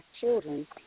children